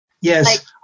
yes